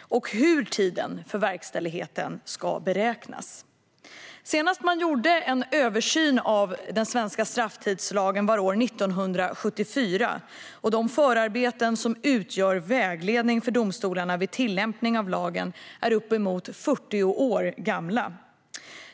och hur tiden för verkställigheten ska beräknas. Senast man gjorde en översyn av den svenska strafftidslagen var år 1974, och de förarbeten som utgör vägledning för domstolarna vid tillämpning av lagen är uppemot 40 år gamla.